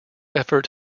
effort